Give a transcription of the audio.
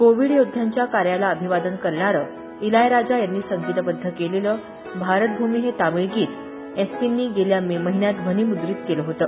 Covid योद्ध्यांच्या कार्याला अभिवादन करणारं इलयाराजा यांनी संगीतबद्ध केलेलं भारतभ्रमी हे तमिळ गीत एसपींनी गेल्या मे महिन्यात ध्वनिम्द्रीत केलं होतं